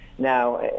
Now